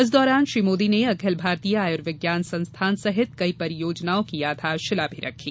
इस दौरान श्री मोदी ने अखिल भारतीय आयुर्विज्ञान संस्थान सहित कई परियोजनाओं की आधारशिला भी रखी